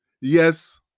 yes